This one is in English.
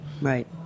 Right